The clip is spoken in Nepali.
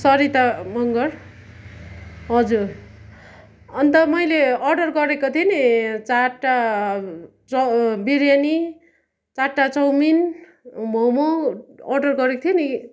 सरिता मगर हजुर अन्त मैले अर्डर गरेको थिएँ नि चारवटा चौ बिर्यानी चारवटा चौमिन मोमो अर्डर गरेको थिएँ नि